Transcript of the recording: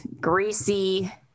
greasy